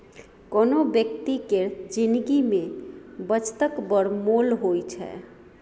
कोनो बेकती केर जिनगी मे बचतक बड़ मोल होइ छै